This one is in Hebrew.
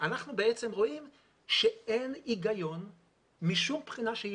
אנחנו בעצם רואים שאין הגיון משום בחינה שהיא